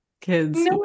kids